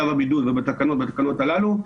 צו הבידוד, ובתקנות הללו.